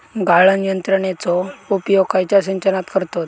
गाळण यंत्रनेचो उपयोग खयच्या सिंचनात करतत?